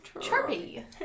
Chirpy